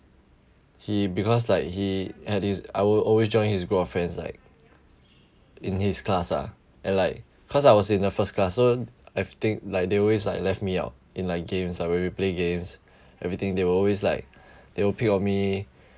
he because like he had his I will always join his group of friends like in his class ah and like cause I was in the first class so I think like they always like left me out in like games ah when we play games everything they will always like they will pick on me